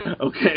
Okay